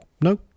No